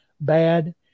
bad